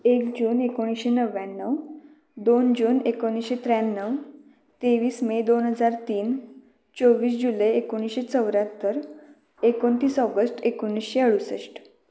एक जून एकोणीसशे नव्याण्णव दोन जून एकोणीसशे त्र्याण्णव तेवीस मे दोन हजार तीन चोवीस जुलै एकोणीसशे चौऱ्याहत्तर एकोणतीस ऑगस्ट एकोणीसशे अडुसष्ट